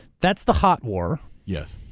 that's the hot war. yes.